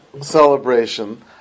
celebration